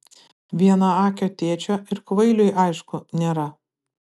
vienaakio tėčio ir kvailiui aišku nėra